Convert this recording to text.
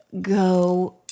Go